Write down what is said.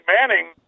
Manning